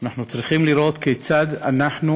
אנחנו צריכים לראות כיצד אנחנו